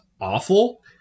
awful